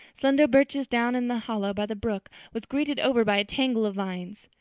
slender birches down in the hollow by the brook, was greened over by a tangle of vines.